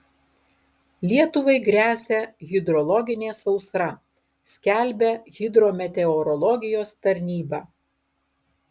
lietuvai gresia hidrologinė sausra skelbia hidrometeorologijos tarnyba